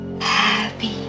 Happy